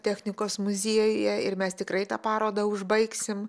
technikos muziejuje ir mes tikrai tą parodą užbaigsim